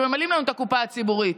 שממלאים לנו את הקופה הציבורית,